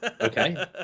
Okay